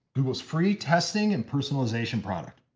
google's free testing and personalization product.